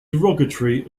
derogatory